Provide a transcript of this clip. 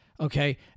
Okay